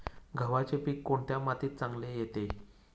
गव्हाचे पीक कोणत्या मातीत चांगले येते?